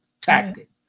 tactic